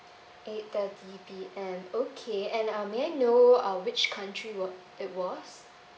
eight thirty P_M okay and uh may I know uh which country wa~ it was